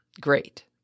Great